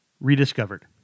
rediscovered